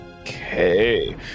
Okay